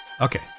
Okay